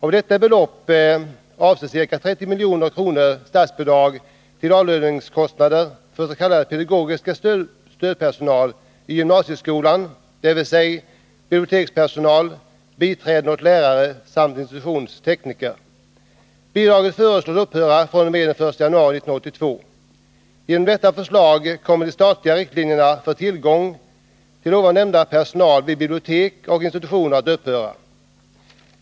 Av detta belopp avser ca 30 milj.kr. statsbidrag till avlöningskostnader för s.k. pedagogisk stödpersonal i gymnasieskolan, dvs. bibliotekspersonal, biträden åt lärare samt institutionstekniker. Bidraget föreslås upphöra fr.o.m. den 1 januari 1982. Genom detta förslag kommer de statliga riktlinjerna för tillgången på nämnda personal vid bibliotek och institutioner att upphöra.